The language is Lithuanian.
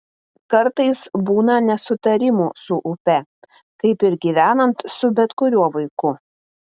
kartais būna nesutarimų su upe kaip ir gyvenant su bet kuriuo vaiku